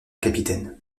capitaine